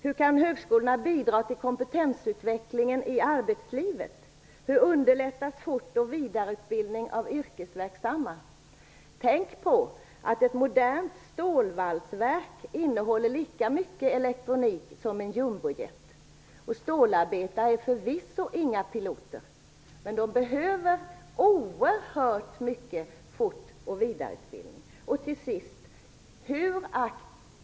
Hur kan högskolorna bidra till kompentensutvecklingen i arbetslivet? Hur underlättas fortbildning och vidareutbildning av yrkesverksamma? Tänk på att ett modernt stålvalsverk innehåller lika mycket elektronik som en jumbojet! Stålarbetare är förvisso inga piloter. Men de behöver oerhört mycket fortbildning och vidareutbildning. Till sist.